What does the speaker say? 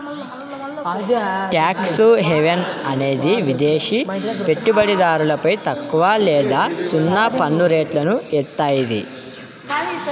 tax haven అనేది విదేశి పెట్టుబడిదారులపై తక్కువ లేదా సున్నా పన్నురేట్లను ఏత్తాది